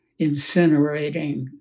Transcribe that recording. incinerating